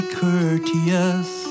courteous